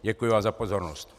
Děkuji vám za pozornost.